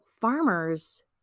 farmers